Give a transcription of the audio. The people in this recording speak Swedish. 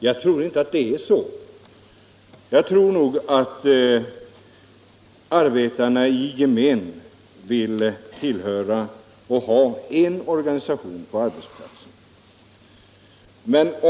Jag tror inte att det är så, utan arbetarna i gemen vill nog ha en organisation på arbetsplatsen.